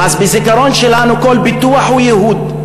אז בזיכרון שלנו כל פיתוח הוא ייהוד,